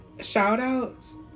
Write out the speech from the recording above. Shout-outs